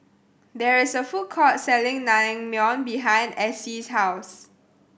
there is a food court selling Naengmyeon behind Acey's house